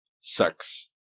sex